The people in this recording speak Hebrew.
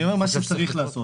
אני אומר מה צריך לעשות.